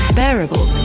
bearable